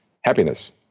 happiness